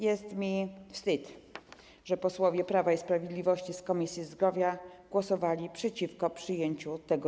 Jest mi wstyd, że posłowie Prawa i Sprawiedliwości z Komisji Zdrowia głosowali przeciwko przyjęciu tego